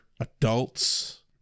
adults